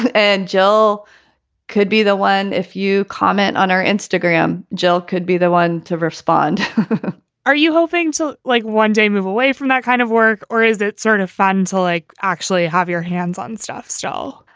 and jill could be the one if you comment on our instagram. jill could be the one to respond are you hoping so. like one day move away from that kind of work or is it sort of funds like actually have your hands on stuff still?